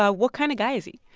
ah what kind of guy is he?